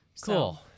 Cool